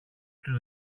του